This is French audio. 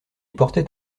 portait